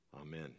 Amen